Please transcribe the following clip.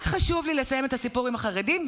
רק חשוב לי לסיים את הסיפור עם החרדים,